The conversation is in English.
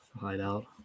Hideout